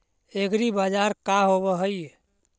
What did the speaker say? एग्रीबाजार का होव हइ?